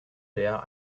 der